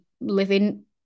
living